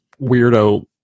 weirdo